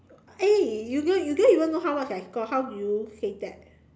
eh you don't you don't even know how much I score how do you say that